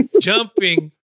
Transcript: jumping